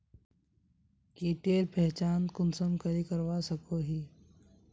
कीटेर पहचान कुंसम करे करवा सको ही?